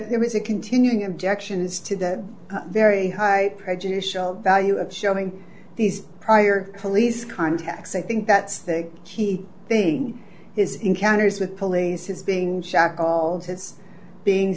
it was a continuing objections to the very high prejudicial value of showing these prior police contacts i think that's the key thing is encounters with police it's being